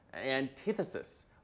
antithesis